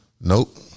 Nope